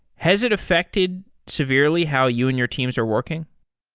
has it affected severely how you and your teams are working?